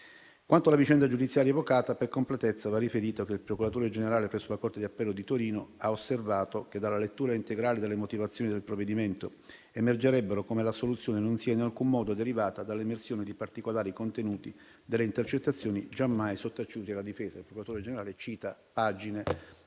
Quanto alla vicenda giudiziaria evocata, per completezza va riferito che il procuratore generale presso la corte di appello di Torino ha osservato che, dalla lettura integrale delle motivazioni del provvedimento, emergerebbe come l'assoluzione non sia in alcun modo derivata dall'emersione di particolari contenuti delle intercettazioni giammai sottaciute alla difesa. Il procuratore generale cita pagine della